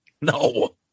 No